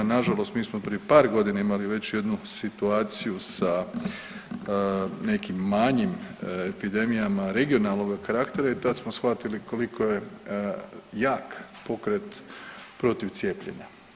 Na žalost mi smo prije par godina imali već jednu situaciju sa nekim manjim epidemijama regionalnoga karaktera i tad smo shvatili koliko je jak pokret protiv cijepljenja.